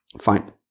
Fine